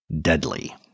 deadly